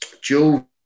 Joe